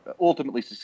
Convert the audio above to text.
ultimately